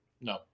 No